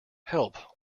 help